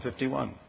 51